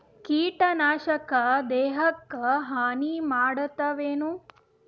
ಕೀಟನಾಶಕ ದೇಹಕ್ಕ ಹಾನಿ ಮಾಡತವೇನು?